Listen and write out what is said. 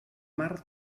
mar